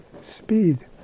speed